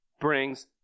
brings